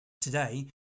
Today